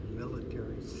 military